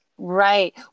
Right